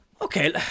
Okay